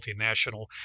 multinational